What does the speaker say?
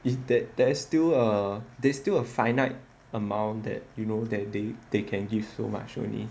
is that there is still err there's still a finite amount that you know that they they can give so much only